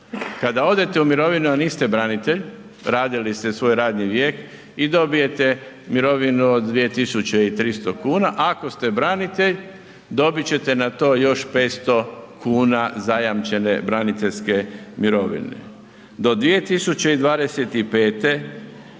Kada odete u mirovinu, a niste branitelj radili ste svoj radni vijek i dobijete mirovinu od 2.300 kuna, ako ste branitelj dobit ćete na to još 500 kuna zajamčene braniteljske mirovine. Do 2025.